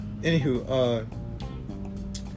anywho